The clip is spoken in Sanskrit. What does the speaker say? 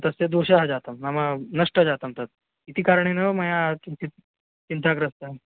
तस्य दोषः जातं नाम नष्टं जातं तद् इति कारणेन मया किञ्चिद् चिन्ताग्रस्ता